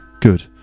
Good